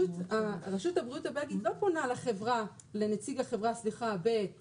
רשות הבריאות הבלגית לא פונה לנציג החברה בבלגיה,